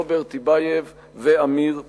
רוברט טיבייב ועמיר פרץ.